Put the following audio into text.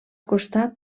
costat